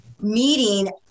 meeting